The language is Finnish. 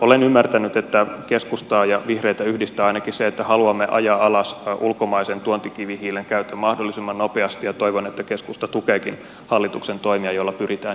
olen ymmärtänyt että keskustaa ja vihreitä yhdistää ainakin se että haluamme ajaa alas ulkomaisen tuontikivihiilen käytön mahdollisimman nopeasti ja toivon että keskusta tukeekin hallituksen toimia joilla pyritään juuri tähän